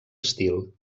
estil